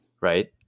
right